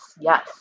Yes